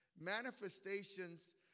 manifestations